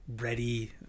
ready